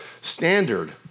standard